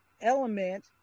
element